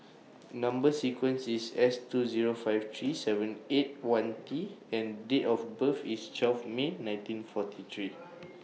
Number sequence IS S two Zero five three seven eight one T and Date of birth IS twelve May nineteen forty three